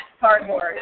cardboard